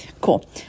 cool